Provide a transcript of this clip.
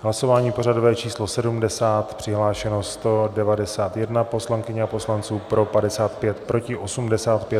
Hlasování pořadové číslo 70, přihlášeno 191 poslankyň a poslanců, pro 55, proti 85.